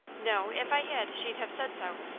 no if i had she'd have said so.